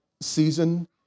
season